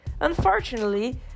Unfortunately